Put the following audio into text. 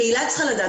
הקהילה צריכה לדעת.